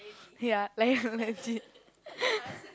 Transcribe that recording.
ya like that's it